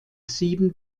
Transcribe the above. sieben